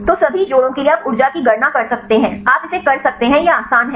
तो सभी जोड़ों के लिए आप ऊर्जा की गणना कर सकते हैं आप इसे कर सकते हैं यह आसान है